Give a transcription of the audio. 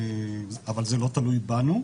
אבל זה לא תלוי בנו.